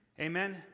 Amen